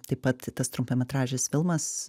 taip pat tas trumpametražis filmas